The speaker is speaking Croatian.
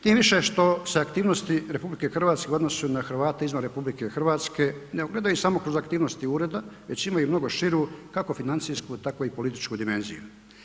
Tim više što se aktivnosti RH u odnosu na Hrvate izvan RH ne ogledaju samo kroz aktivnosti ureda već imaju mnogu širu kako financijsku tako i političku dimenziju.